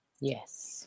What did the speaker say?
Yes